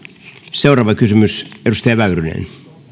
seuraava kysymys edustaja väyrynen